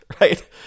Right